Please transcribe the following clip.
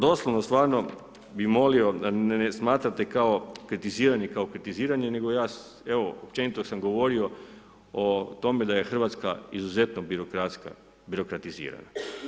Doslovno stvarno bi molio da ne smatrate kao kritiziranje kao kritiziranje nego ja evo, općenito sam govorio o tome da je Hrvatska izuzetno birokratska, birokratizirana.